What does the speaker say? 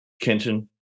Kenton